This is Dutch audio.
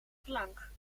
flank